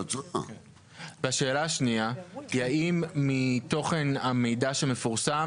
והשאלה השנייה האם מתוכן המידע שמפורסם,